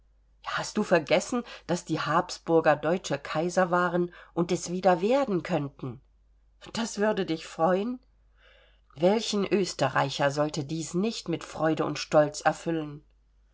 hast du vergessen daß die habsburger deutsche kaiser waren und es wieder werden könnten das würde dich freuen welchen österreicher sollte dies nicht mit freude und stolz erfüllen